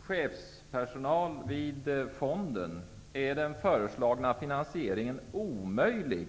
chefspersonal vid fonden är den föreslagna finansieringen omöjlig.